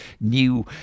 new